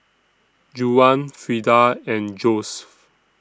Juwan Frieda and Joesph